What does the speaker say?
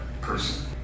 person